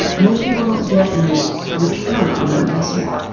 most people don't get any return on their investment.